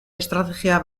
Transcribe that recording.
estrategia